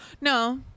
No